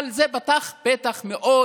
אבל זה פָתח פתח מאוד גדול,